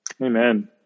Amen